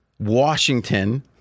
Washington